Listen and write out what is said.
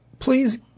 please